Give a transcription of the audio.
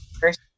first